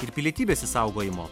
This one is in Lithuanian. ir pilietybės išsaugojimo